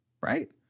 right